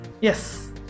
yes